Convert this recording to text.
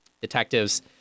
Detectives